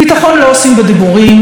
ביטחון לא עושים בדיבורים,